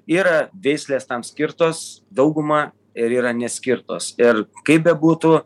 yra veislės tam skirtos dauguma ir yra neskirtos ir kaip bebūtų